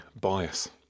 bias